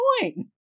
point